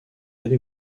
allé